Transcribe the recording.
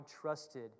trusted